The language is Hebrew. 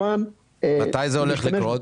מתי זה הולך לקרות?